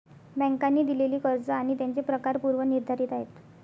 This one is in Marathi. बँकांनी दिलेली कर्ज आणि त्यांचे प्रकार पूर्व निर्धारित आहेत